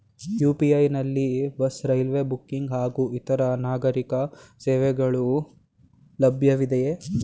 UPI ನಲ್ಲಿ bus, railway booking ಹಾಗೂ ಇತರೆ ನಾಗರೀಕ ಸೇವೆಗಳು ಲಭ್ಯವಿದೆಯೇ?